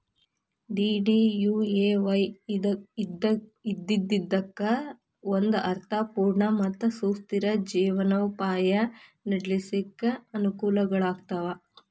DDUAY ಇದ್ದಿದ್ದಕ್ಕ ಒಂದ ಅರ್ಥ ಪೂರ್ಣ ಮತ್ತ ಸುಸ್ಥಿರ ಜೇವನೊಪಾಯ ನಡ್ಸ್ಲಿಕ್ಕೆ ಅನಕೂಲಗಳಾಗ್ತಾವ